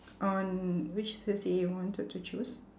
on which C_C_A he wanted to choose